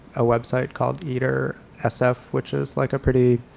a website called eater ah sf, which is like a pretty